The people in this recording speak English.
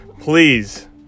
Please